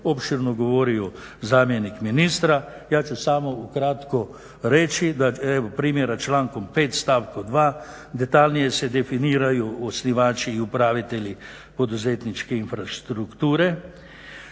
opširno govorio zamjenik ministra. Ja ću samo ukratko reći da primjera člankom 5.stavkom 2.detaljnije se definiraju osnivači i upravitelji poduzetničke infrastrukture.